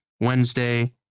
Wednesday